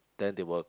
then they will